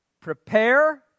Prepare